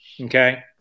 Okay